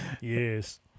yes